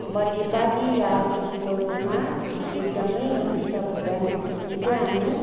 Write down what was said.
birthday party या अथितिको रूपमा एकदमै मिष्ट भोजन यो चाहिँ हामी